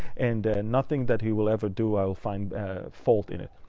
and nothing that he will ever do i'll find fault in it.